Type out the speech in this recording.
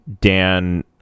Dan